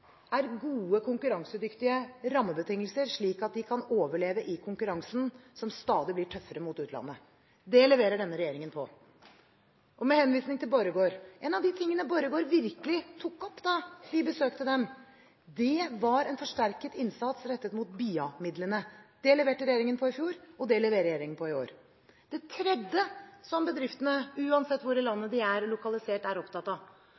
er gode, konkurransedyktige rammebetingelser, slik at de kan overleve i konkurransen, som stadig blir tøffere mot utlandet. Det leverer denne regjeringen på. Og med henvisning til Borregaard: En av de tingene Borregaard virkelig tok opp da vi besøkte dem, var en forsterket innsats rettet mot BIA-midlene. Det leverte regjeringen på i fjor, og det leverer regjeringen på i år. Det tredje som bedriftene – uansett hvor i landet de er lokalisert – er opptatt av,